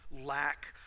lack